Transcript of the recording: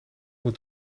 moet